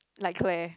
like Claire